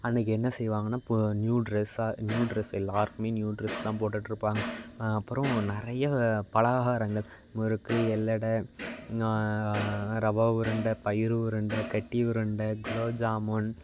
அன்றைக்கு என்ன செய்வாங்கன்னா போ நியூ ட்ரெஸ்ஸாக நியூ ட்ரெஸ் எல்லோருக்குமே நியூ ட்ரெஸ் தான் போட்டுட்டுருப்பாங்க அப்புறம் நிறைய பலகாரங்கள் முறுக்கு எள்ளடை ரவா உருண்டை பயிறு உருண்டை கட்டி உருண்டை குலோப்ஜாமுன்